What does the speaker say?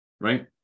right